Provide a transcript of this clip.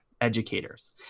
educators